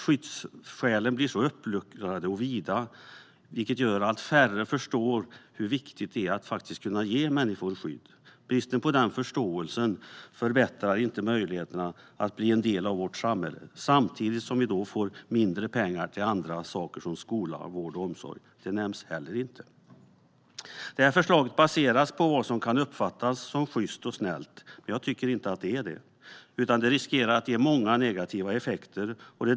Skyddsskälen kan bli så uppluckrade och vida att färre förstår hur viktigt det är att faktiskt kunna ge människor skydd. Bristen på den förståelsen förbättrar inte möjligheterna att bli en del av vårt samhälle. Samtidigt får vi mindre pengar till andra saker, såsom skola, vård och omsorg. Det nämns inte heller. Detta förslag är baserat på vad som kan uppfattas som sjyst och snällt. Jag tycker inte att det är det. Det riskerar att få många negativa effekter.